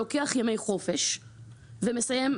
שלוקח ימי חופש ומסיים,